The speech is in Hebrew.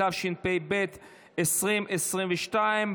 התשפ"ב 2022,